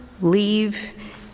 leave